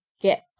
get